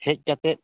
ᱦᱮᱡ ᱠᱟᱛᱮᱫ